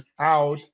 out